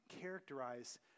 characterize